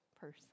person